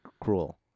cruel